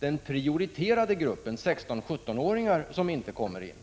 den prioriterade gruppen 16-17-åringar som inte kommer in.